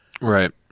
Right